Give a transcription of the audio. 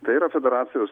tai yra federacijos